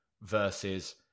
versus